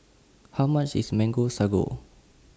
How much IS Mango Sago